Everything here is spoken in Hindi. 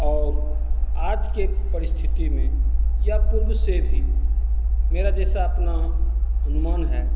और आज के परिस्थिति में या पूर्व से भी मेरा जैसा अपना अनुमान है